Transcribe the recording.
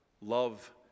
love